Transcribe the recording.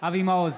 אבי מעוז,